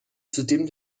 zudem